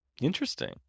Interesting